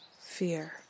fear